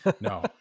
No